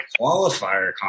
qualifier